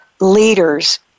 leaders